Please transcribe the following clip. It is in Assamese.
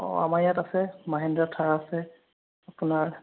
অঁ আমাৰ ইয়াত আছে মহিন্দ্ৰা থাৰ আছে আপোনাৰ